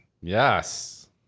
Yes